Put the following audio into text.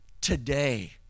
today